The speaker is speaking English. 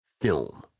film